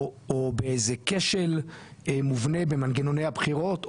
או באיזה כשל מובנה במנגנוני הבחירות,